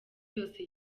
yose